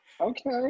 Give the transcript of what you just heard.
okay